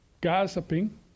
gossiping